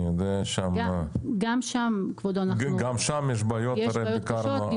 גם שם יש בעיות קשות,